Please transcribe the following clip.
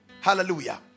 hallelujah